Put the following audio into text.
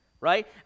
right